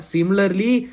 Similarly